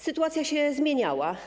Sytuacja się zmieniała.